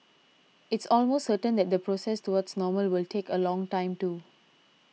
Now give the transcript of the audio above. it's almost certain that the process towards normal will take a long time too